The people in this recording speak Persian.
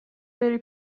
بری